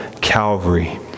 Calvary